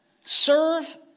serve